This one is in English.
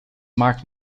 mark